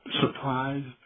surprised